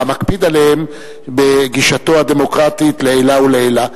המקפיד עליהן בגישתו הדמוקרטית לעילא ולעילא.